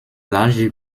largely